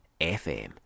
FM